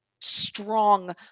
strong